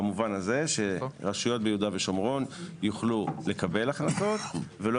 במובן הזה שרשויות ביהודה ושומרון יוכלו לקבל הכנסות ולא